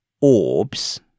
orbs